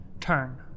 turn